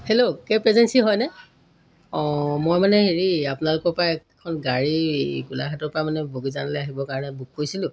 hello cab agency হয়নে অঁ মই মানে হেৰি আপোনালোকৰপৰা এখন গাড়ী গোলাঘাটৰপৰা মানে বগীজানলৈ আহিবৰ কাৰণে বুক কৰিছিলোঁ